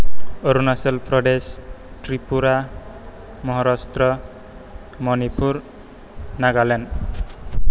Arunachal Pradesh Tripura Maharashtra Manipur Nagaland